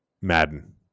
Madden